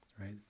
right